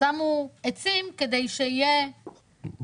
שמו עצים כדי שיהיה סביב ביטחון.